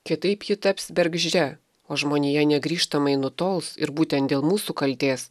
kitaip ji taps bergždžia o žmonija negrįžtamai nutols ir būtent dėl mūsų kaltės